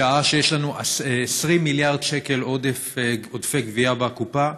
בשעה שיש לנו 20 מיליארד שקל עודפי גבייה בקופה,